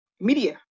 media